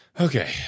Okay